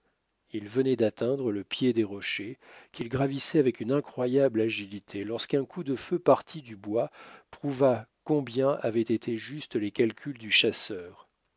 il venait d'atteindre le pied des rochers qu'il gravissait avec une incroyable agilité lorsqu'un coup de feu parti du bois prouva combien avaient été justes les calculs du chasseur